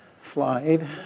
slide